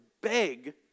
beg